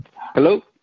Hello